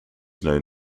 known